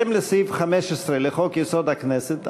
בהתאם לסעיף 15 לחוק-יסוד: הכנסת,